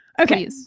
Okay